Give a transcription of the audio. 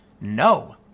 No